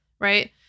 Right